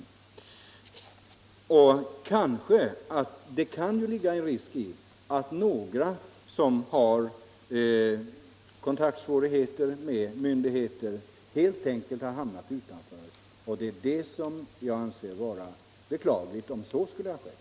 Det kan ju ligga en risk i att några Om de handikappades situation på arbetsmarknaden Om de handikappades situation på arbetsmarknaden som har kontaktsvårigheter i förhållande till myndigheterna helt enkelt har hamnat utanför, och jag anser det vara beklagligt om så skulle ha skett.